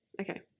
Okay